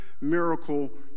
miracle